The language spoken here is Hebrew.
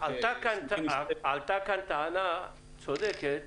עלתה כאן טענה צודקת,